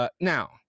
Now